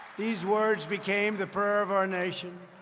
these words became the prayer of our nation,